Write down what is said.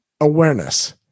awareness